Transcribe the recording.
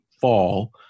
fall